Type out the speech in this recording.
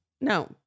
No